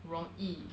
容易